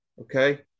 okay